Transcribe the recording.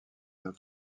œuvre